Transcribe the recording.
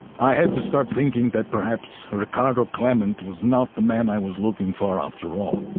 i had to start thinking that perhaps ricardo klement was not the man i was looking for after all.